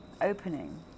opening